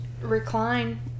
recline